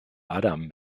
adam